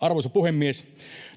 Arvoisa puhemies!